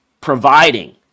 providing